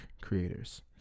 creators